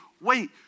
Wait